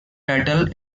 title